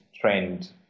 trend